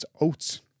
oats